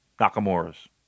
Nakamura's